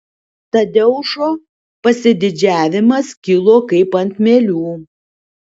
tadeušo pasididžiavimas kilo kaip ant mielių